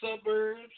suburbs